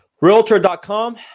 Realtor.com